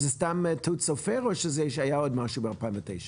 זאת סתם טעות סופר או שהיה עוד משהו ב-2009?